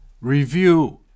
Review